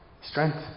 strength